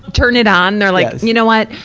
turned it on. they're like, you know what?